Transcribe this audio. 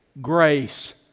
grace